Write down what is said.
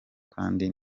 kandi